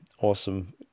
awesome